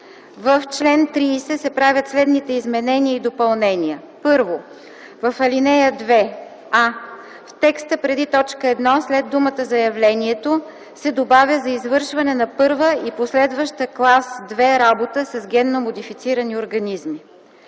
В чл. 30 се правят следните изменения и допълнения: 1. В ал. 2: а) в текста преди т. 1 след думата „заявлението” се добавя „за извършване на първа и последваща клас 2 работа с генно модифицирани организми”;